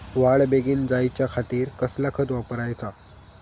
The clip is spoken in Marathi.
वाढ बेगीन जायच्या खातीर कसला खत वापराचा?